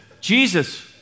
Jesus